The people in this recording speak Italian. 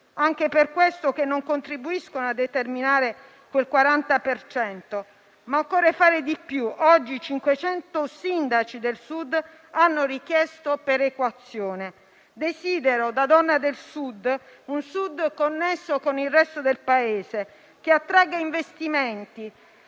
che insieme non contribuiscono a determinare quel 40 per cento. Ma occorre fare di più. Oggi 500 sindaci del Sud hanno richiesto perequazione. Desidero, da donna del Sud, un Sud connesso con il resto del Paese, che attragga investimenti,